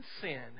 sin